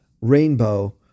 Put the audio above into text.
rainbow